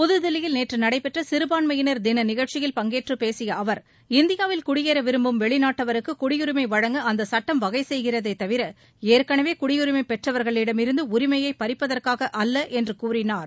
புதுதில்லியில் நேற்று நடைபெற்ற சிறுபான்மையினா் தின நிகழ்ச்சியில் பங்கேற்று பேசிய அவா் இந்தியாவில் குடியேற விரும்பும் வெளிநாட்டவர்க்கு குடியுரிமை வழங்க அந்த சட்டம் வகைசெய்கிறதே தவிர ஏற்கனவே குடியுரிமை பெற்றவர்களிடமிருந்து உரிமையை பறிப்பதற்காக அல்ல என்று கூறினார்